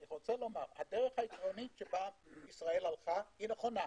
הדרך העקרונית שבה ישראל הלכה היא נכונה.